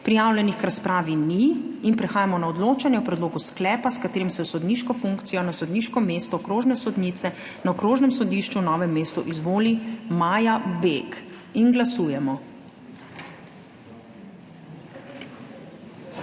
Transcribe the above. Prijavljenih k razpravi ni. Prehajamo na odločanje o predlogu sklepa, s katerim se v sodniško funkcijo na sodniško mesto okrožne sodnice na Okrožnem sodišču v Novem mestu izvoli Maja Beg. Glasujemo.